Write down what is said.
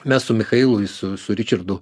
mes su michailui su ričardu